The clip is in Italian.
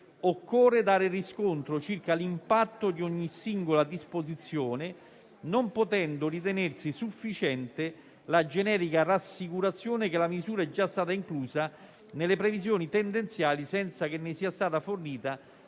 «occorre dare riscontro circa l'impatto di ogni singola disposizione, non potendo ritenersi sufficiente la generica rassicurazione che la misura è già stata inclusa nelle previsioni tendenziali senza che ne sia fornita